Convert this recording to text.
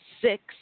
six